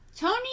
Tony